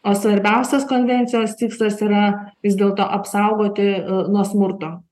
o svarbiausias konvencijos tikslas yra vis dėlto apsaugoti nuo smurto